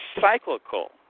cyclical